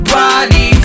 body